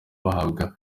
bahabwa